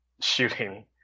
shooting